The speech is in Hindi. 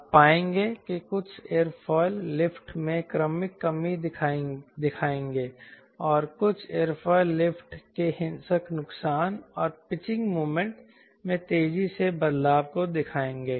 आप पाएंगे कि कुछ एयरफॉइल लिफ्ट में क्रमिक कमी दिखाएंगे और कुछ एयरफॉइल लिफ्ट के हिंसक नुकसान और पिचिंग मोमेंट में तेजी से बदलाव को दिखाएंगे